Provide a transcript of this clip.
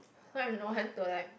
so I've no one to like